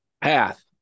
path